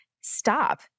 stop